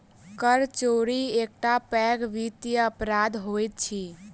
कर चोरी एकटा पैघ वित्तीय अपराध होइत अछि